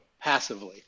passively